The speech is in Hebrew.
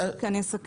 אני אסכם.